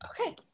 okay